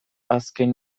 azken